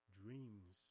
dreams